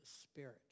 Spirit